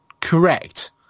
correct